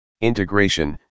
Integration